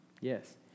Yes